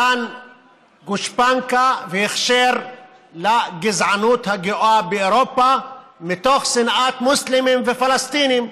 מתן גושפנקה והכשר לגזענות הגואה באירופה מתוך שנאת מוסלמים ופלסטינים.